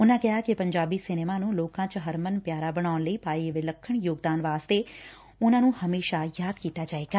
ਉਨੂਂ ਕਿਹਾ ਕਿ ਪੰਜਾਬੀ ਸਿਨੇਮਾ ਨੂੰ ਲੋਕਾਂ ਚ ਹਰਮਨ ਪਿਆਰਾ ਬਣਾਉਣ ਲਈ ਪਾਏ ਵਿਲੱਖਣ ਯੋਗਦਾਨ ਵਾਸਤੇ ਸ਼ਤੀਸ਼ ਕੋਲ ਨੂੰ ਹਮੇਸ਼ਾ ਯਾਦ ਕੀਤਾ ਜਾਏਗਾ